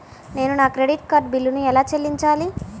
నేను నా credit card బిల్లును ఎలా చెల్లించాలీ?